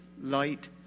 light